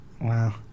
Wow